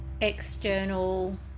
external